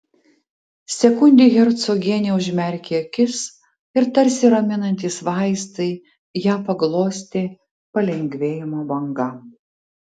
sekundei hercogienė užmerkė akis ir tarsi raminantys vaistai ją paglostė palengvėjimo banga